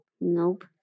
Nope